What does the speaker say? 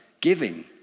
giving